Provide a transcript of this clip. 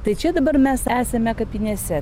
tai čia dabar mes esame kapinėse